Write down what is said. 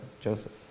Joseph